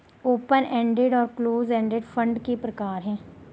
open ended और close ended fund के प्रकार हैं